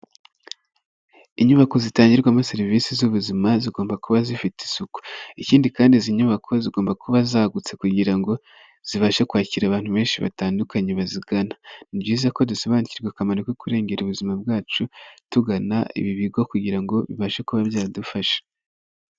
Inyubako zitangirwamo serivisi z'ubuzima zigomba kuba zifite isuku, ikindi kandi izi nyubako zigomba kuba zagutse kugira ngo zibashe kwakira abantu benshi batandukanye bazigana. Ni byiza ko dusobanukirwa akamaro ko kurengera ubuzima bwacu, tugana ibi bigo kugira ngo bibashe kuba byadufasha.